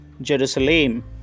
Jerusalem